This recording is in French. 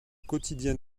quotidien